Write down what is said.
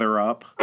up